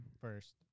First